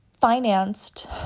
financed